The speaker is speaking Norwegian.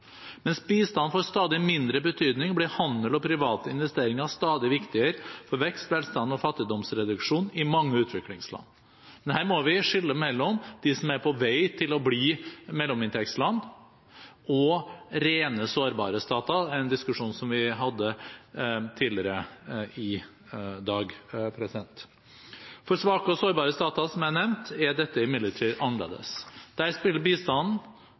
Mens bistand får stadig mindre betydning, blir handel og private investeringer stadig viktigere for vekst, velstand og fattigdomsreduksjon i mange utviklingsland. Men her må vi skille mellom dem som er på vei til å bli mellominntektsland, og rent sårbare stater – en diskusjon som vi hadde tidligere i dag. For svake og sårbare stater, som jeg nevnte, er dette annerledes. Der spiller